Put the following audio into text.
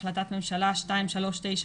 החלטת ממשלה 2397,